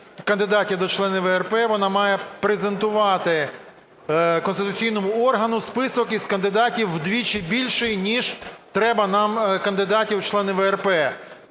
кандидатів до членів ВРП, вона має презентувати конституційному органу список із кандидатів вдвічі більший, ніж треба нам кандидатів у члени ВРП.